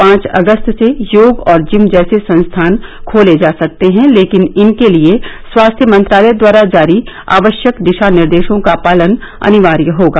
पांच अगस्त से योग और जिम जैसे संस्थान खोले जा सकते हैं लेकिन इनके लिए स्वास्थ्य मंत्रालय द्वारा जारी आवश्यक दिशा निर्देशों का पालन अनिवार्य होगा